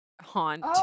haunt